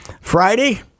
Friday